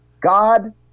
God